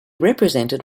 represented